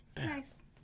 Nice